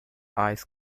ice